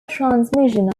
transmission